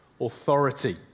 authority